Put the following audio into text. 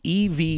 EV